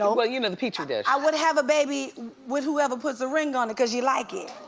um you know, the petri dish? i would have a baby with whoever puts a ring on it cause you like it.